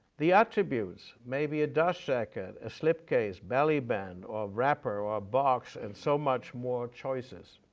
the attributes. maybe a dust jacket, a slipcase, bellyband or wrapper, or a box, and so much more choices.